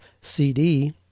CD